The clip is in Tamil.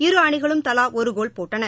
இரு அணிகளும் தலா இரண்டு கோல் போட்டன